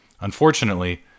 Unfortunately